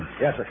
Yes